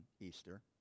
Easter